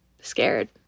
scared